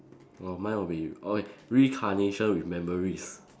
oh mine will be okay reincarnation with memories